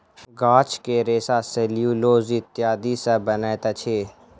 गाछ के रेशा सेल्यूलोस आदि सॅ बनैत अछि